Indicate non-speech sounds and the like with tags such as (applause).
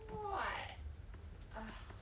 what (noise)